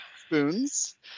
spoons